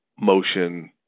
motion